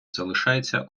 залишається